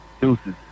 Deuces